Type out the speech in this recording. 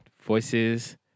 voices